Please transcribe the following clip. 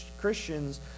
Christians